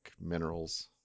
minerals